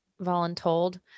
voluntold